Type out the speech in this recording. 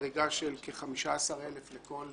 חריגה של כ-15,000 לכל